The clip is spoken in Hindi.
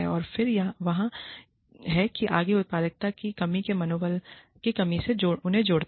और फिर वहाँ है कि आगे उत्पादकता की कमी के मनोबल की कमी में उन्हें जोड़ता है